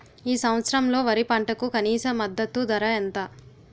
ఈ సంవత్సరంలో వరి పంటకు కనీస మద్దతు ధర ఎంత?